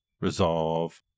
resolve